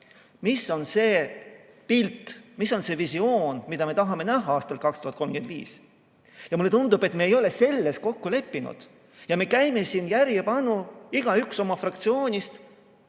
Mis on see pilt, mis on see visioon, mida me tahame näha aastal 2035? Mulle tundub, et me ei ole selles kokku leppinud ja me käime siin järjepanu igaüks oma fraktsioonist